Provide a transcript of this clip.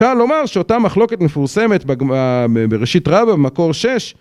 ‫אפשר לומר שאותה מחלוקת מפורסמת ‫בראשית רבה במקור שש...